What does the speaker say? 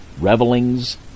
revelings